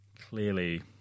clearly